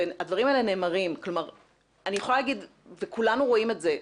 הדברים האלה נאמרים וכולנו רואים את זה,